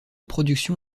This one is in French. production